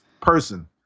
person